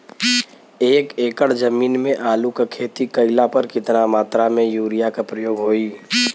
एक एकड़ जमीन में आलू क खेती कइला पर कितना मात्रा में यूरिया क प्रयोग होई?